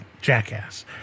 Jackass